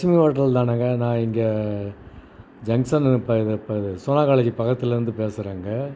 Lakshmi hotel தானங்க நான் இங்கே ஜங்க்ஷனு இப்போ இது இப்போ இது சோனா காலேஜி பக்கத்தில் இருந்து பேசுறேங்க